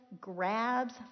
grabs